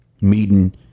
meeting